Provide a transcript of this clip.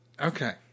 Okay